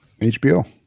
HBO